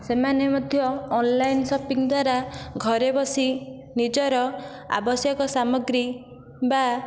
ସେମାନେ ମଧ୍ୟ online shopping ଦ୍ଵାରା ଘରେ ବସି ନିଜର ଆବଶ୍ୟକ ସାମଗ୍ରୀ ବା